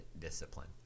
discipline